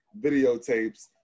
videotapes